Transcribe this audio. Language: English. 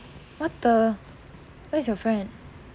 what the where is your friend